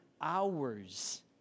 hours